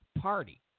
party